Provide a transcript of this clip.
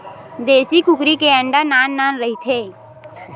देसी कुकरी के अंडा नान नान रहिथे